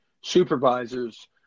supervisors